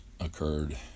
occurred